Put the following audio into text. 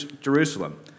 Jerusalem